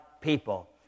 people